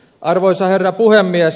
arvoisa herra puhemies